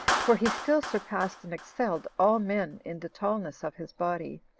for he still surpassed and excelled all men in the tallness of his body,